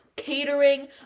catering